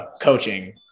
coaching